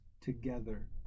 together